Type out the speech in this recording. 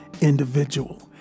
individual